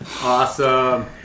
Awesome